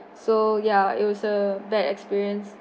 so ya it was a bad experience